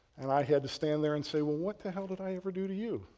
and i had to stand there and say, well, what the hell did i ever do to you,